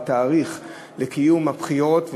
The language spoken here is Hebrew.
בעניין תאריך קיום הבחירות,